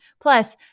Plus